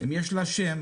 שאלתי את השאלה.